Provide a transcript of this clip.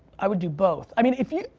i would do both. i mean, if you,